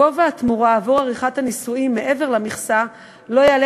גובה התמורה עבור עריכת הנישואין מעבר למכסה לא יעלה